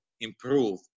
improve